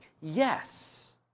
Yes